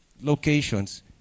locations